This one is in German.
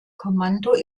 kommando